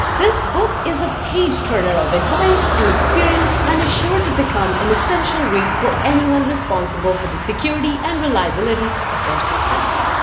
this book is a page-turner of advice and experience, and is sure to become an essential read for anyone responsible responsible for the security and reliability of their systems.